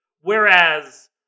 Whereas